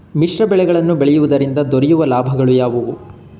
ಮಿಶ್ರ ಬೆಳೆಗಳನ್ನು ಬೆಳೆಯುವುದರಿಂದ ದೊರಕುವ ಲಾಭಗಳು ಯಾವುವು?